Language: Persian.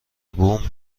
بومم